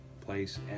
place